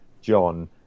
John